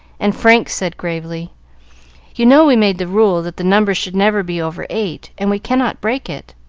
and frank said gravely you know we made the rule that the number should never be over eight, and we cannot break it.